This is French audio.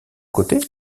côté